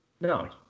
No